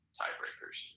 tiebreakers